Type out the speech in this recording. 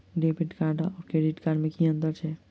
Debit card आओर credit card मे की अन्तर छैक?